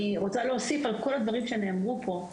אני רוצה להוסיף על כל הדברים שנאמרו פה,